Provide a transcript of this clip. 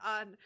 on